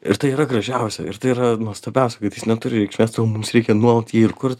ir tai yra gražiausia ir tai yra nuostabiausia kad jis neturi reikšmės todėl mums reikia nuolat jį ir kurt